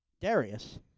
Darius